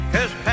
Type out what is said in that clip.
Cause